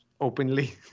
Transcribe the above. openly